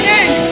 end